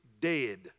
dead